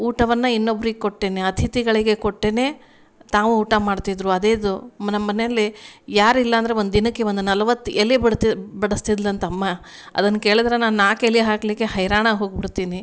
ಊಟವನ್ನು ಇನ್ನೊಬ್ರಿಗೆ ಕೊಟ್ಟೇ ಅತಿಥಿಗಳಿಗೆ ಕೊಟ್ಟೇ ತಾವು ಊಟ ಮಾಡ್ತಿದ್ರು ಅದೇ ಇದು ನಮ್ಮನೆಯಲ್ಲಿ ಯಾರಿಲ್ಲ ಅಂದರೆ ಒಂದಿನಕ್ಕೆ ಒಂದು ನಲ್ವತ್ತು ಎಲೆ ಬಡ್ತ ಬಡಿಸ್ತಿದ್ಳಂತೆ ಅಮ್ಮ ಅದನ್ನು ಕೇಳಿದ್ರೆ ನಾನು ನಾಲ್ಕು ಎಲೆ ಹಾಕಲಿಕ್ಕೆ ಹೈರಾಣಾಗಿ ಹೋಗಿಬಿಡ್ತೀನಿ